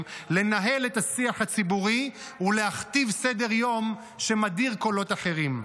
לנהל את השיח הציבורי ולהכתיב סדר יום שמדיר קולות אחרים.